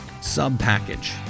sub-package